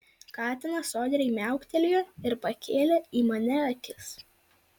katinas sodriai miauktelėjo ir pakėlė į mane akis